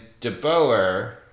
DeBoer